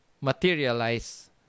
materialize